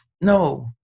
no